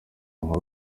inkuru